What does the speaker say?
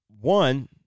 one